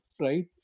right